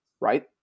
right